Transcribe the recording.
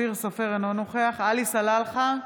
אינו נוכח עלי סלאלחה,